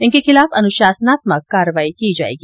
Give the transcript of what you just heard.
इनके खिलाफ अनुशासनात्मक कार्यवाही की जाएगी